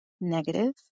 negative